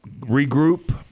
regroup